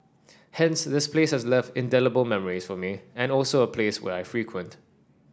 hence this place has left indelible memories for me and also a place where I frequent